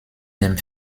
dem